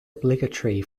obligatory